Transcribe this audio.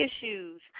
issues